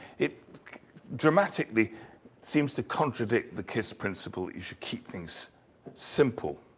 it dramatically seems to contradict the kiss principle, you should keep things simple.